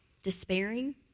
Despairing